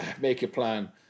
make-a-plan